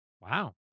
Wow